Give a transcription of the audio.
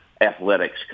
Athletics